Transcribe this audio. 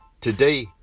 Today